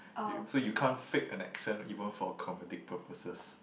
you so you can't fake an accent even for comedic purposes